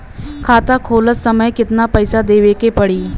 खाता खोलत समय कितना पैसा देवे के पड़ी?